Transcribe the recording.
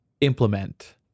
implement